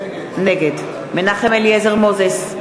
נגד מנחם אליעזר מוזס,